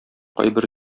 кайбер